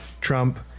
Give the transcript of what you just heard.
Trump